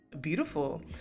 beautiful